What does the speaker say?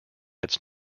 its